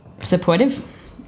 Supportive